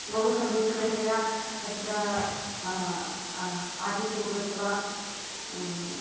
बहु समीचीनतया तत्र आतिथ्यं कृत्वा